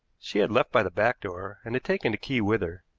she had left by the back door and had taken the key with her.